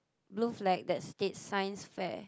blue flag that state Science fair